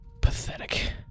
pathetic